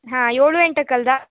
ಹಾಂ ಏಳು ಎಂಟಕ್ಕೆ ಅಲ್ದಾ